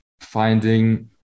finding